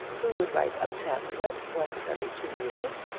who would write a pamphlet once every two years,